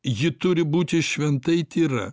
ji turi būti šventai tyra